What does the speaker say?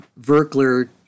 Verkler